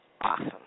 awesome